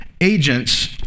agents